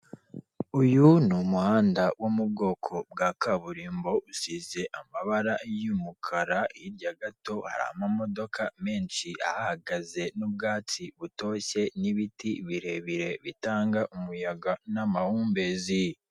Uyu ni umuhanda wo mu bwoko bwa kaburimbo usize amabara y'umukara, hirya gato amamodoka menshi ahhagaze n'ubwatsi butoshye n'ibiti birebire bitanga umuyaga n'amahumbezi.